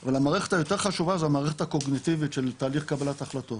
אבל המערכת היותר חשובה זו המערכת הקוגניטיבית של תהליך קבלת ההחלטות